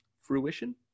fruition